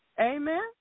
Amen